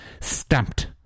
stamped